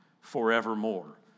forevermore